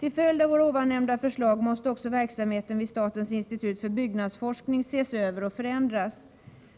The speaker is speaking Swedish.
Till följd av vårt förslag måste också verksamheten vid statens institut för byggnadsforskning ses över och förändras.